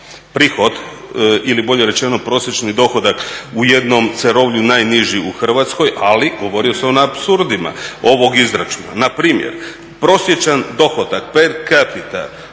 prihod ili bolje rečeno prosječni dohodak u jednom Cerovlju najniži u Hrvatskoj ali govori sam o apsurdima ovog izračuna. Npr, prosječan dohodak per capita